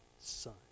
son